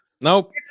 Nope